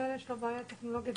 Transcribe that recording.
יש לו בעיה טכנולוגית.